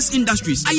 Industries